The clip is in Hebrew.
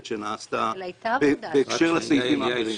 שנעשתה בוועדה בהקשר לסעיפי החוק האחרים.